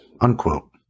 unquote